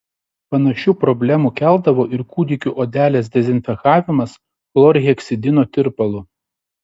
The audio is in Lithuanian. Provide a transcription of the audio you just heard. panašių problemų keldavo ir kūdikių odelės dezinfekavimas chlorheksidino tirpalu